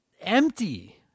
empty